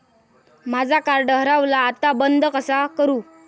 माझा कार्ड हरवला आता बंद कसा करू?